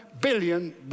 billion